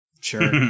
Sure